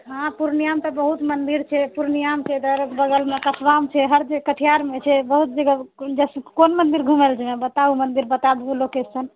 हँ पूर्णियामे तऽ बहुत मन्दिर छै पूर्णियामे छै बगलमे कस्बामे छै कटिहारमे छै बहुत जगह छै कोन मन्दिर घुमए लऽ जेबए बताबु मन्दिर बता देबहुँ लोकेशन